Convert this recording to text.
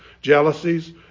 jealousies